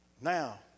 now